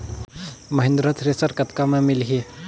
Mahindra thresher कतका म मिलही?